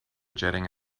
jetting